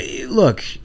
look